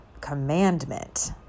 commandment